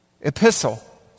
epistle